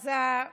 אז אני